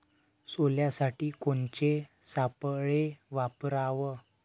सोल्यासाठी कोनचे सापळे वापराव?